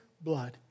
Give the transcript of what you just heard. blood